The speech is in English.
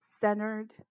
centered